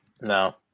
No